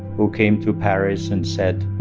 who came to paris and said,